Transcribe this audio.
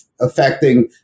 affecting